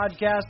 podcast